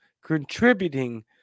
contributing